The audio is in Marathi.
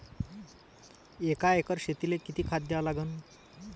एका एकर शेतीले किती टन शेन खत द्या लागन?